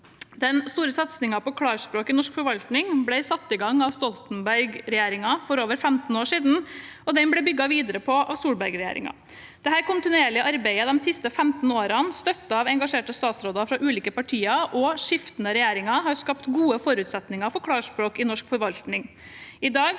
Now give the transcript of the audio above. Den store satsingen på klarspråk i norsk forvaltning ble satt i gang av Stoltenberg-regjeringen for over 15 år siden, og den ble bygget videre på av Solbergregjeringen. Dette kontinuerlige arbeidet de siste 15 årene, støttet av engasjerte statsråder fra ulike partier og skiftende regjeringer, har skapt gode forutsetninger for klarspråk i norsk forvaltning.